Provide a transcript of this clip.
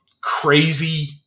crazy